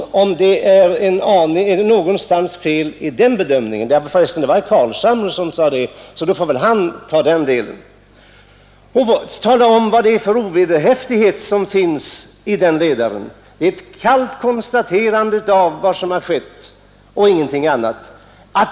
Om det ligger något fel i den bedömningen så tala om det! Det får förresten också herr Carlshamre göra, eftersom det var han som tog upp det. Tala också om vad som är ovederhäftigt i den ledaren! Den innehåller ett kallt konstaterande av vad som skett och ingenting annat.